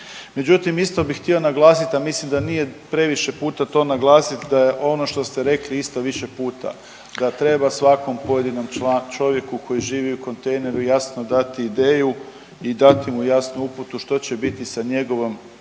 Međutim, isto bih htio naglasiti, a mislim da nije previše puta to naglasiti da je ono što ste rekli isto više puta, da treba svako pojedinom čovjeku koji živi u kontejneru jasno dati ideju i dati mu jasnu uputu što će biti sa njegovom